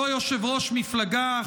אותו יושב-ראש מפלגה,